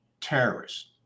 terrorists